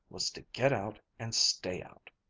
was to get out and stay out.